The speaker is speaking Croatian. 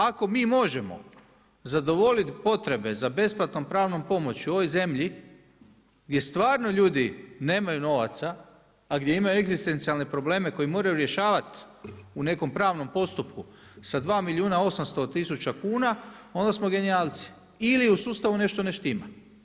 Ako mi možemo zadovoljiti potrebe za besplatnom pravnom pomoći u ovoj zemlji gdje stvarno ljudi nemaju novaca a gdje imaju egzistencijalne probleme koje moraju rješavati u nekom pravnom postupku sa 2 milijuna 800 tisuća kuna onda smo genijalci ili u sustavu nešto ne štima.